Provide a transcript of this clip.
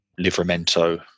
Livramento